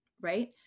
right